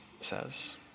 says